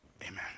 Amen